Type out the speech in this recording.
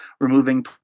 removing